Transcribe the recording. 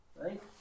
right